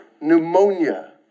pneumonia